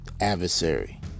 adversary